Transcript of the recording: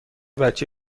بچه